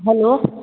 hello